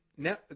Now